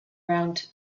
around